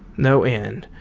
no end,